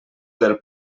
del